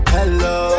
Hello